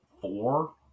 four